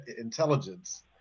intelligence